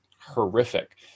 horrific